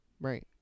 Right